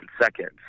seconds